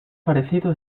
parecido